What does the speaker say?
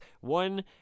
One